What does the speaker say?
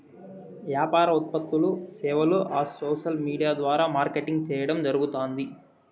యాపార ఉత్పత్తులూ, సేవలూ ఆ సోసల్ విూడియా ద్వారా మార్కెటింగ్ చేయడం జరగుతాంది